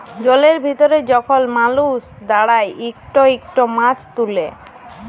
জলের ভিতরে যখল মালুস দাঁড়ায় ইকট ইকট মাছ তুলে